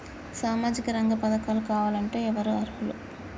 సామాజిక రంగ పథకాలు కావాలంటే ఎవరు అర్హులు?